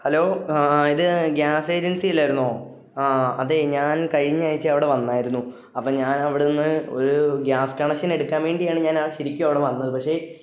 hello ഇത് gas agency അല്ലായിരുന്നോ ആ അതെ ഞാൻ കഴിഞ്ഞാഴ്ച അവിടെ വന്നായിരുന്നു അപ്പം ഞാൻ അവിടുന്ന് ഒരു ഗ്യാസ് കണക്ഷൻ എടുക്കാൻ വേണ്ടിയാണ് ഞാൻ ആ ശെരിക്കും അവിടെ വന്നത് പക്ഷേ